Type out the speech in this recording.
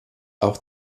auch